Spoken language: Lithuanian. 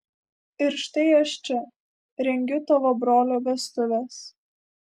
ir štai aš čia rengiu tavo brolio vestuves